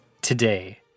today